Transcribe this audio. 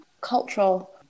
cultural